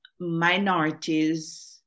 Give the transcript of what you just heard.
minorities